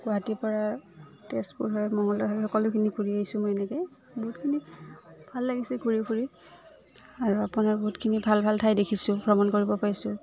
গুৱাহাটীৰপৰা তেজপুৰ হৈ মঙ্গলদৈ হয় সকলোখিনি ঘূৰি আহিছোঁ মই এনেকৈ বহুতখিনি ভাল লাগিছে ঘূৰি ফুৰি আৰু আপোনাৰ বহুতখিনি ভাল ভাল ঠাই দেখিছোঁ ভ্ৰমণ কৰিব পাইছোঁ